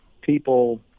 people